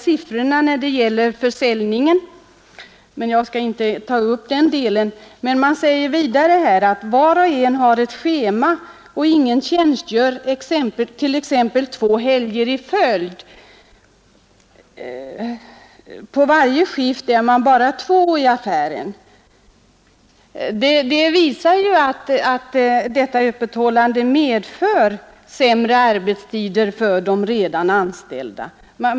Siffrorna beträffande försäljningen skall jag här inte ta upp. Beträffande arbetet säger man vidare att var och en har ett schema. Ingen tjänstgör t.ex. två helger i följd. På varje skift är man bara två i affären. Det visar ju att ett utsträckt öppethållande medför sämre arbetstider för de redan anställda.